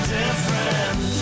different